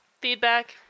Feedback